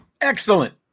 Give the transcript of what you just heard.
excellent